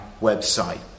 website